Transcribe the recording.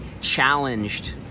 challenged